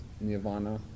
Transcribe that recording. nirvana